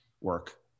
work